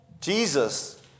Jesus